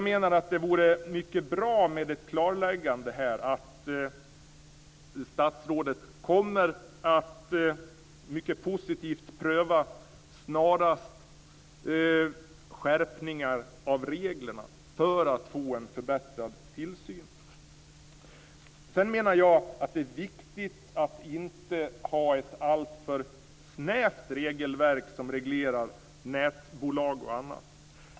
Det vore mycket bra att få ett klarläggande här, att statsrådet kommer att snarast mycket positivt pröva detta med skärpningar av reglerna just för att det skall bli en förbättrad tillsyn. Sedan menar jag att det är viktigt att inte ha ett alltför snävt regelverk som reglerar nätbolag och annat.